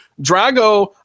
Drago